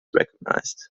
recognized